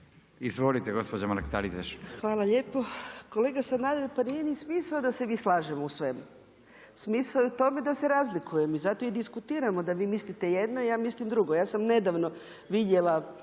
Anka (Nezavisni)** Hvala lijepo. Kolega Sanader, nije ni smisao da se mi slažemo u svemu, smisao je u tome da se razlikujem i zato i diskutiramo da vi mislite jedno, ja mislim drugo, ja sam nedavno vidjela